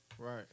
Right